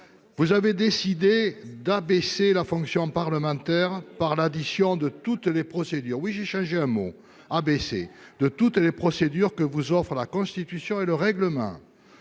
Vous avez décidé d'abaisser »- je change un mot -« la fonction parlementaire par l'addition de toutes les procédures que vous offrent la Constitution et le règlement